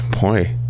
boy